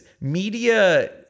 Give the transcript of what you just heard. media